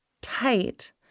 tight